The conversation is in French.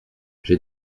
j’ai